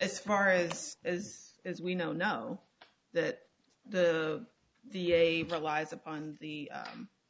as far as as as we now know that the the a relies upon the